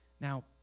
Now